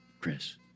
Chris